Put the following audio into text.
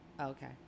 Okay